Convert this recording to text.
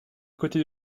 côté